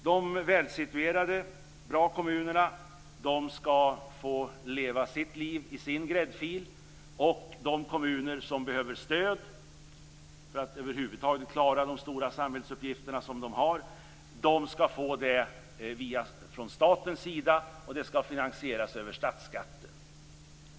De välsituerade kommunerna skall få leva sitt liv i sin gräddfil. De kommuner som behöver stöd för att över huvud taget klara de stora samhällsuppgifter som de har, skall få det från staten, och det skall finansieras över statsskatten.